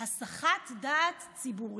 הסחת דעת ציבורית.